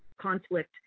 conflict